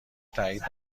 تأیید